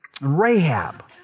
Rahab